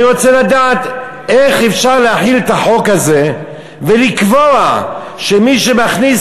אני רוצה לדעת איך אפשר להחיל את החוק הזה ולקבוע שמי שמכניס